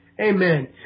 Amen